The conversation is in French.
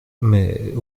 mais